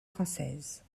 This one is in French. françaises